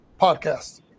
podcast